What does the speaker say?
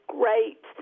great